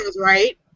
right